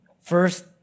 First